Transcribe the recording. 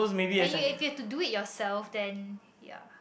and if if you have to do it yourself then ya